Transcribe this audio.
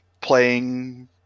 playing